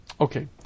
Okay